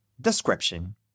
Description